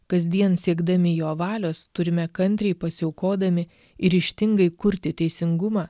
kasdien siekdami jo valios turime kantriai pasiaukodami ir ryžtingai kurti teisingumą